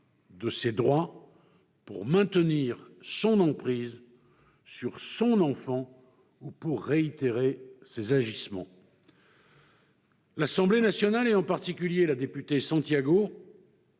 de ses droits pour maintenir une emprise sur son enfant ou pour réitérer ses agissements. L'Assemblée nationale- en particulier la députée Isabelle